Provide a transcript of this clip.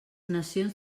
nacions